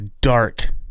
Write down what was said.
dark